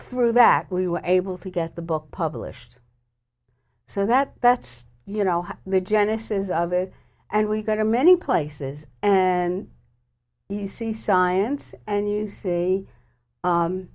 through that we were able to get the book published so that that's you know the genesis of it and we got to many places and you see science and you